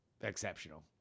exceptional